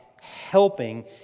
helping